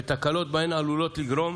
ותקלות בהן עלולות לגרום,